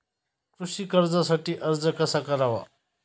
कृषी कर्जासाठी अर्ज कसा करावा?